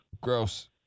Gross